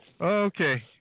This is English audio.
Okay